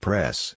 Press